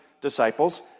disciples